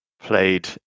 played